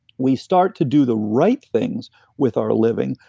we start to do the right things with our living,